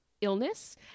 illness